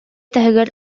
таһыгар